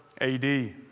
AD